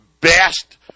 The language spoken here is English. best –